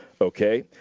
Okay